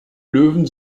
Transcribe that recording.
löwen